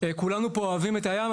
כולנו פה אוהבים את הים,